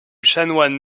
chanoine